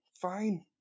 Fine